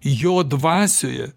jo dvasioje